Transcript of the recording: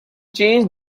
changed